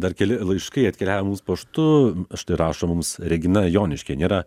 dar keli laiškai atkeliavę mums paštu štai rašo mums regina joniškyje nėra